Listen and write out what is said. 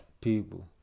people